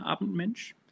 Abendmensch